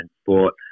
sport